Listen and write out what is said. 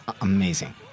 Amazing